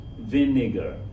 vinegar